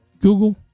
Google